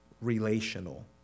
relational